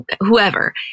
whoever